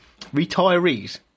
retirees